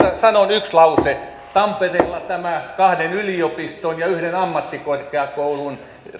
sanon yhden lauseen tampereella tämä kahden yliopiston ja yhden ammattikorkeakoulun